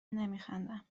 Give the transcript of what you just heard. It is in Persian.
نمیخندم